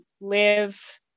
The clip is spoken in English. live